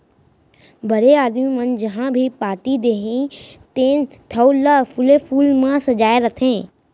बड़े आदमी मन जहॉं भी पारटी देहीं तेन ठउर ल फूले फूल म सजाय रथें